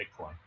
Bitcoin